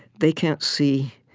they can't see